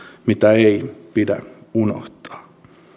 mitä ei pidä unohtaa